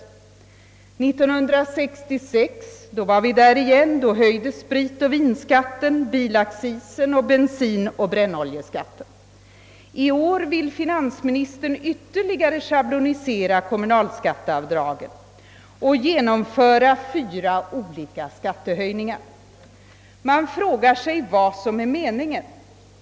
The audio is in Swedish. År 1966 var vi där igen. Då höjdes spritoch vinskatten, bilaccisen och bensinoch brännoljeskatten. I år vill finansministern schablonisera kommunalskatteavdragen ytterligare och genomföra fyra olika skattehöjningar. Man frågar sig vad som är meningen.